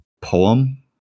poem